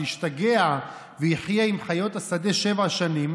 שישתגע ויחיה עם חיות השדה שבע שנים,